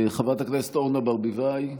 חברת הכנסת אורנה ברביבאי,